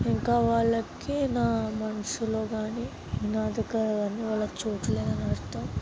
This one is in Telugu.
ఇంకా వాళ్ళకి నా మనసులో కాని నా దగ్గర కాని వాళ్ళకి చోటు లేదని అర్థం